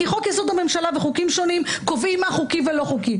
כי חוק-יסוד: הממשלה וחוקים שונים קובעים מה חוקי ולא חוקי.